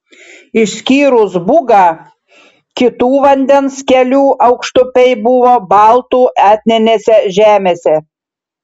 išskyrus bugą kitų vandens kelių aukštupiai buvo baltų etninėse žemėse